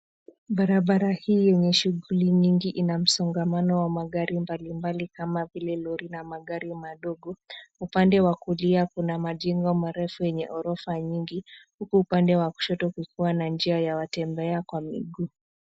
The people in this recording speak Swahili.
Barabara hii yenye shughuli nyingi ina msongamano wa magari mbalimbali kama vile lori na magari madogo. Upande wa kulia kuna majengo marefu yenye ghorofa nyingi huku upande wa kushoto kukiwa na njia ya watembea kwa miguu.